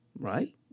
right